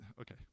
okay